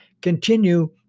continue